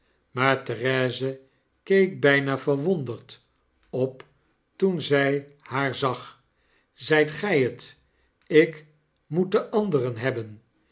therese keek bijna verwonderd op toen zij haar zag zijt gij het ik moet de anderen hebben